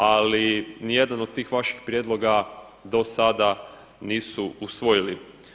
Ali ni jedan od tih vaših prijedloga do sada nisu usvojili.